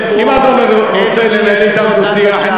אדוני היושב-ראש,